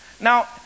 Now